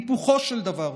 היפוכו של דבר,